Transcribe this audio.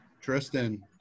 Tristan